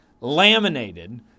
laminated